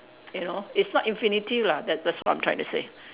you know it's not infinity lah that's what I'm trying to say